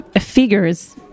figures